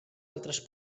altres